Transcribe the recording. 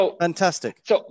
Fantastic